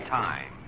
time